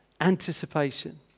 Anticipation